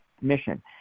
mission